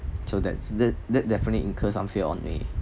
so that's de~ de~ definitely incur some fear on me